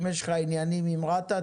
אם יש לך עניינים עם רת"א,